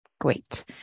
Great